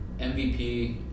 MVP